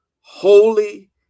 holy